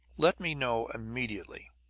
let me know immediately.